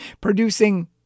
producing